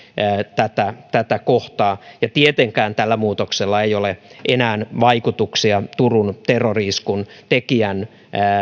tätä tätä kohtaa tietenkään tällä muutoksella ei ole enää vaikutuksia turun terrori iskun tekijän